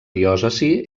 diòcesi